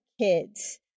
kids